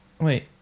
Wait